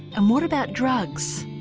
and what about drugs?